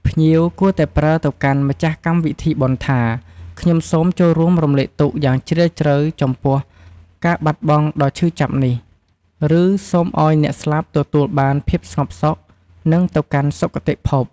ភ្ញៀវគួរតែប្រើទៅកាន់ម្ចាស់កម្មវិធីបុណ្យថា"ខ្ញុំសូមចូលរួមរំលែកទុក្ខយ៉ាងជ្រាលជ្រៅចំពោះការបាត់បង់ដ៏ឈឺចាប់នេះ" ឫ "សូមឲ្យអ្នកស្លាប់ទទួលបានភាពស្ងប់សុខ និងទៅកាន់សុគតិភព"។